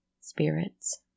spirits